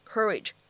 Courage